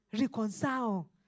reconcile